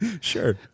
Sure